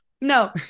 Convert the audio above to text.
No